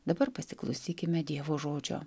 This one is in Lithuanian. dabar pasiklausykime dievo žodžio